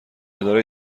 دارای